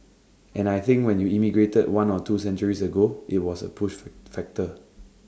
and I think when you emigrated one or two centuries ago IT was A push factor